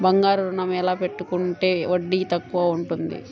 బంగారు ఋణం ఎలా పెట్టుకుంటే వడ్డీ తక్కువ ఉంటుంది?